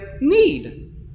need